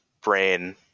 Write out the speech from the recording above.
brain